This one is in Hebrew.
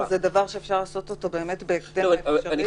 זה דבר שאפשר לעשות אותו באמת בהקדם האפשרי,